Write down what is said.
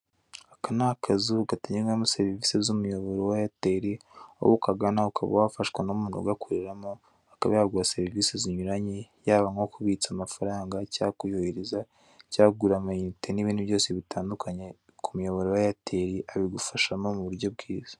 Aka ni akazu gatangirwamo serivise z'umuyoboro wa eyateri, aho ukagana ukaba wafashwa n'umuntu ugakoreramo akaba yaguha serivise zinyuranye yaba nko kubitsa amafaranga, cya kuyohereza, cya kugura amayinite n'ibindi byose bitandukanye k'umuyoboro wa eyateri abigufashamo mu buryo bwiza.